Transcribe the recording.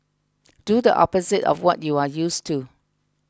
do the opposite of what you are used to